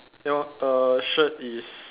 ya err shirt is